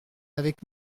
avec